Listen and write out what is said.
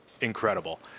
incredible